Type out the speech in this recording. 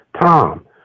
Tom